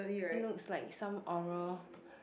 it looks like some oral